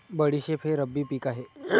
बडीशेप हे रब्बी पिक आहे